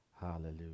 Hallelujah